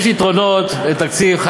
יש יתרונות לכאן ולכאן.